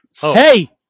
Hey